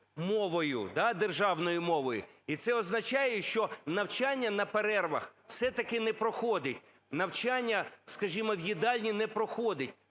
да? – державною мовою. І це означає, що навчання на перервах все-таки не проходить, навчання, скажімо, в їдальні не проходить.